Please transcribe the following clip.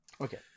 Okay